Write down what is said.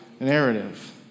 Narrative